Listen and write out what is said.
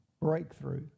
breakthrough